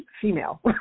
female